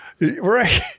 Right